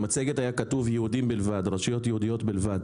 במצגת היה כתוב: "יהודים בלבד"; "רשויות יהודיות בלבד".